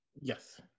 yes